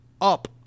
up